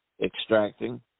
extracting